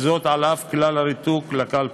על אף כלל הריתוק לקלפי.